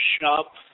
shop